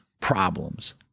problems